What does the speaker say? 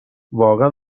واقعا